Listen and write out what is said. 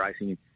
racing